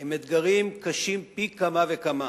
עם אתגרים קשים פי כמה וכמה,